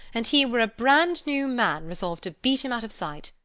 and he were a bran-new man resolved to beat him out of sight,